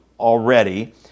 Already